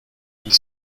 ils